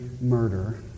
murder